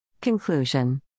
Conclusion